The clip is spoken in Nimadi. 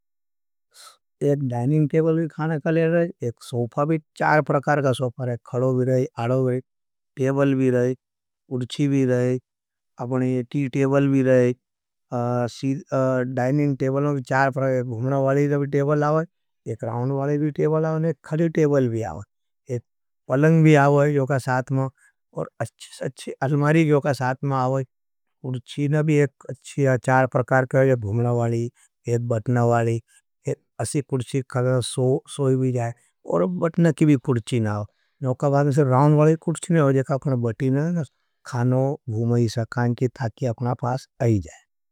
एक सोफा भी चार प्रकार का सोफा रहे है। खड़ो भी रहे है, आड़ो भी रहे है, टेबल भी रहे है, उड़ची भी रहे है, आपका टी टेबल भी रहे है। डाइनिंग टेबलों भी चार प्रकार का सोफा रहे है, खड़ो भी रहे है, आड़ो भी रहे है, टेबल भी रहे है योगा सात मो और अच्छी अलमारी योगा साथ मा आओय़। उड़ची नभी एक चार प्रकार का शैंग, भूमना वाली, एद बटना वाली, एड असी कुरची कहने का सोफा भी जाएं। और बटना की भी कुरची नाओव, नोका बारे नींसर, राउं वालाई कुर।